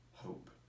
hope